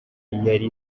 yari